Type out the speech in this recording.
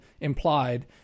implied